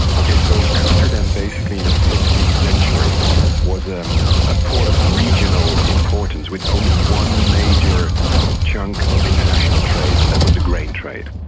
and ok, so amsterdam basically in the sixteenth century was a um ah port of regional importance with only one major chunk of international trade, and that was the grain trade.